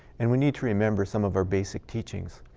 and we need to remember some of our basic teachings.